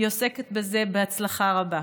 היא עוסקת בזה בהצלחה רבה.